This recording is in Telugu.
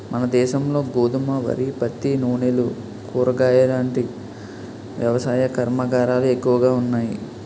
మనదేశంలో గోధుమ, వరి, పత్తి, నూనెలు, కూరగాయలాంటి వ్యవసాయ కర్మాగారాలే ఎక్కువగా ఉన్నాయి